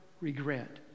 regret